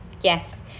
yes